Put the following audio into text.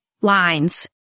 lines